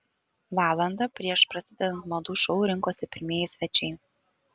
valandą prieš prasidedant madų šou rinkosi pirmieji svečiai